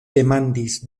demandis